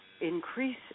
increase